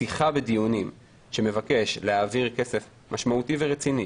פתיחה בדיונים להעביר כסף משמעותי ורציני,